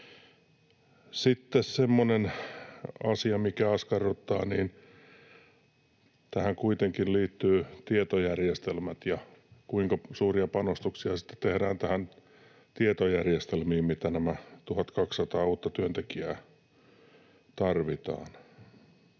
Sitten semmoinen asia, mikä askarruttaa, on se, että kun tähän kuitenkin liittyy tietojärjestelmät, niin kuinka suuria panostuksia niihin tietojärjestelmiin sitten tehdään, mitä nämä 1 200 uutta työntekijää tarvitsevat.